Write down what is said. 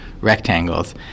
rectangles